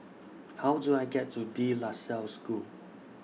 How Do I get to De La Salle School